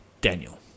Daniel